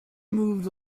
moved